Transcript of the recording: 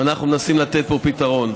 ואנחנו מנסים לתת פה פתרון.